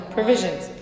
Provisions